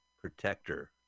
protector